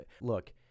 Look